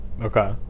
Okay